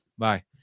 Bye